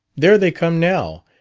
there they come, now,